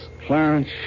Clarence